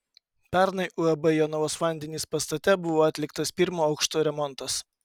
pernai uab jonavos vandenys pastate buvo atliktas pirmo aukšto remontas